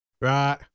Right